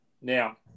Now